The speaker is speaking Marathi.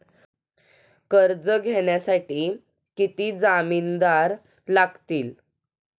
कर्ज घेण्यासाठी किती जामिनदार लागतील?